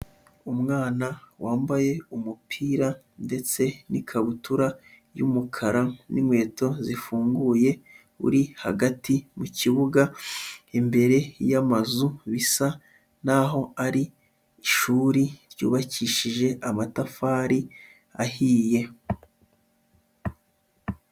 Umwana wambaye umupira ndetse n'ikabutura y'umukara n'inkweto zifunguye, uri hagati mu kibuga imbere y'amazu bisa naho ari ishuri ryubakishije amatafari ahiye.